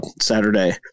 Saturday